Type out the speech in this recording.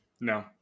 No